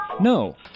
No